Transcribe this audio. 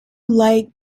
light